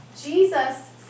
Jesus